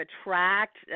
attract